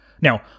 Now